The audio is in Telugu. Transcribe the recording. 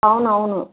అవునవును